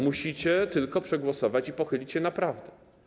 Musicie tylko przegłosować i pochylić się naprawdę.